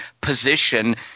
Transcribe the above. position